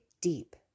deep